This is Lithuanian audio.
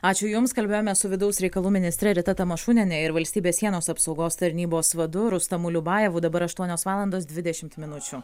ačiū jums kalbėjome su vidaus reikalų ministre rita tamašuniene ir valstybės sienos apsaugos tarnybos vadu rustamu liubajevu dabar aštuonios valandos dvidešimt minučių